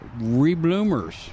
re-bloomers